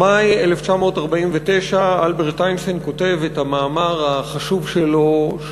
במאי 1949 אלברט איינשטיין כותב את המאמר החשוב שלו,